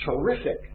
terrific